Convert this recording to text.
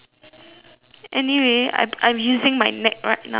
anyway I I'm using my neck right now so